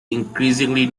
increasingly